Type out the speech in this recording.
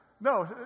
No